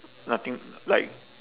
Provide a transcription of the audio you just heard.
nothing like